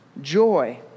joy